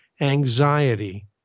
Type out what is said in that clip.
anxiety